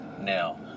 now